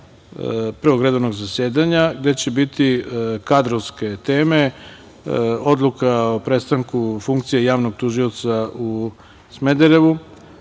Prvog redovnog zasedanja, gde će biti kadrovske teme, Odluka o prestanku funkcije javnog tužioca u Smederevu